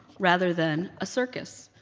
rather than a circus